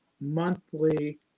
monthly